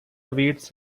awaits